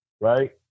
right